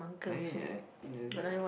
I mean